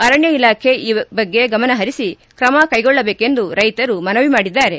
ಅರಣ್ಯ ಇಲಾಖೆ ಈ ಬಗ್ಗೆ ಗಮನಹರಿಸಿ ತ್ರಮ ಕೈಗೊಳ್ಳಬೇಕೆಂದು ರೈತರು ಮನವಿ ಮಾಡಿದ್ದಾರೆ